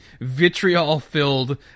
vitriol-filled